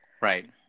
Right